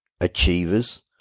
achievers